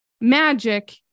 magic